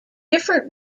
different